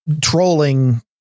trolling